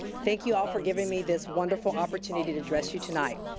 thank you all for giving me this wonderful opportunity to address you tonight.